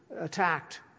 attacked